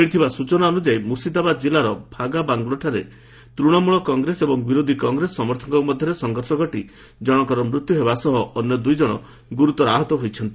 ମିଳିଥିବା ସୂଚନା ଅନୁଯାୟୀ ମୁର୍ସିଦାବାଦ୍ ଜିଲ୍ଲାର ଭାଗାବାଙ୍ଗୋଲାଠାରେ ତୃଶମୂଳ କଂଗ୍ରେସ ଓ ବିରୋଧୀ କଂଗ୍ରେସ ସମର୍ଥକଙ୍କ ମଧ୍ୟରେ ସଂଘର୍ଷ ଘଟି ଜଣଙ୍କର ମୃତ୍ୟୁ ହେବା ସହ ଅନ୍ୟ ଦୁଇ ଜଣ ଗୁରୁତର ଆହତ ହୋଇଛନ୍ତି